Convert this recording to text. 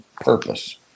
purpose